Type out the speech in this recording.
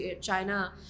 China